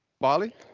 Bali